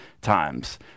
times